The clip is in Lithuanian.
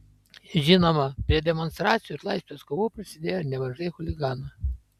žinoma prie demonstracijų ir laisvės kovų prisidėjo ir nemažai chuliganų